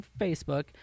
Facebook